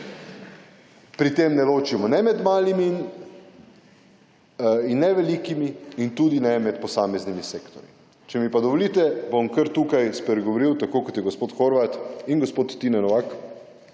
Pri tem ne ločimo ne med malimi in ne velikimi in tudi ne med posameznimi sektorji. Če mi pa dovolite bom tukaj spregovoril tako kot je gospod Horvat in gospod Tine Novak